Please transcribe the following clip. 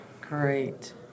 Great